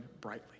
brightly